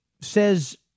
says